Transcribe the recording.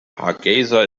hargeysa